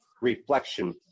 reflection